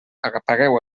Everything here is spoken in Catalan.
apagueu